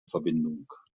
verbindung